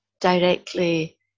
directly